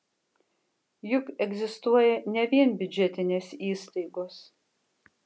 juk egzistuoja ne vien biudžetinės įstaigos